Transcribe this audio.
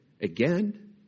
again